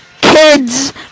kids